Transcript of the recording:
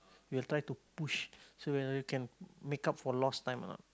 we'll try to push so that we can make up for lost time ah